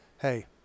hey